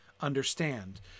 understand